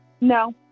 No